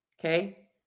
okay